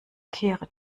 kehre